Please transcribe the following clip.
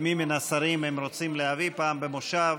מי מן מהשרים הם רוצים להביא פעם במושב.